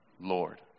Lord